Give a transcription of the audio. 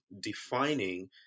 defining